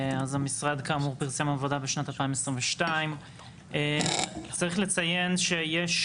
המשרד כאמור פרסם עבודה בשנת 2022. צריך לציין שיש